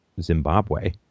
Zimbabwe